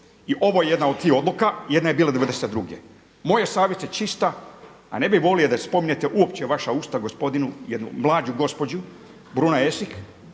i ovo je jedna od tih odluka, jedna je bila '92. Moja je savjest čista, a ne bih volio da je spominjete uopće vaša usta gospodinu jednu mlađu gospođu Bruna Esih